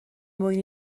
mwyn